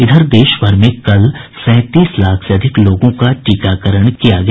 इधर देश भर में कल सैंतीस लाख से अधिक लोगों का टीकाकरण किया गया